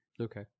Okay